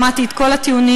שמעתי את כל הטיעונים,